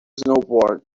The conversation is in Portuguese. snowboard